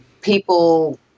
people